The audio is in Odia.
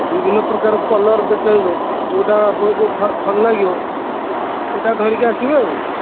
ବିଭିନ୍ନ ପ୍ରକାର କଲର୍ ଦେଖେଇବେ ଯେଉଁଟା ଆପଣଙ୍କୁ ଭଲ ଲାଗିବ ସେଇଟା ଧରିକି ଆସିବେ ଆଉ